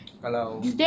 kalau